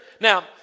now